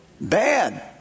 bad